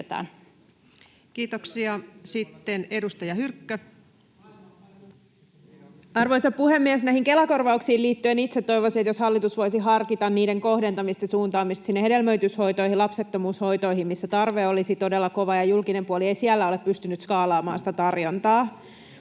Time: 18:25 Content: Arvoisa puhemies! Kela-korvauksiin liittyen itse toivoisin, että hallitus voisi harkita niiden kohdentamista ja suuntaamista hedelmöityshoitoihin, lapsettomuushoitoihin, missä tarve olisi todella kova. Julkinen puoli ei siellä ole pystynyt skaalaamaan sitä tarjontaa.